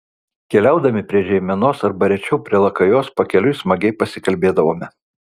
keliaudami prie žeimenos arba rečiau prie lakajos pakeliui smagiai pasikalbėdavome